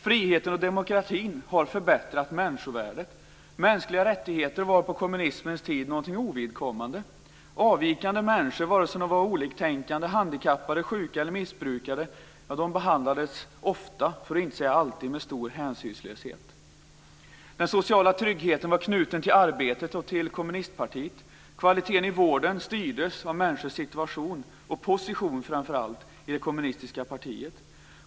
Friheten och demokratin har förbättrat människovärdet. Mänskliga rättigheter var på kommunismens tid någonting ovidkommande. Avvikande människor, vare sig de var oliktänkande, handikappade, sjuka eller missbrukare, behandlades ofta, för att inte säga alltid, med stor hänsynslöshet. Den sociala tryggheten var knuten till arbetet och till kommunistpartiet. Kvaliteten i vården styrdes av människors situation och position, framför allt, i det kommunistiska partiet.